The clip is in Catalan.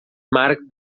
marc